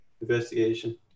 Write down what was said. investigation